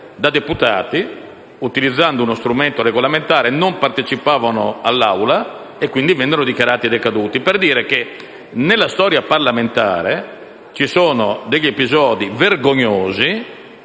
da deputati utilizzando uno strumento regolamentare: non partecipavano all'Assemblea e quindi vennero dichiarati decaduti. Questo per dire che nella storia parlamentare ci sono episodi vergognosi